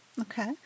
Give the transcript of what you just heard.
Okay